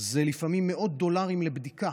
הם לפעמים מאות דולרים לבדיקה.